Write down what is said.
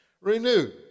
Renewed